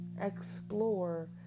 Explore